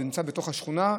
זה נמצא בתוך השכונה,